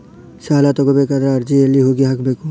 ಸಾಲ ತಗೋಬೇಕಾದ್ರೆ ಅರ್ಜಿ ಎಲ್ಲಿ ಹೋಗಿ ಹಾಕಬೇಕು?